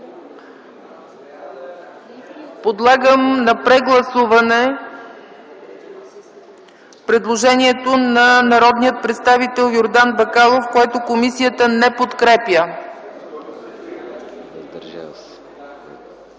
Красимир Ципов на предложението на народния представител Йордан Бакалов, което комисията не подкрепя.